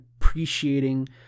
appreciating